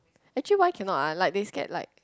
actually why cannot ah like they scared like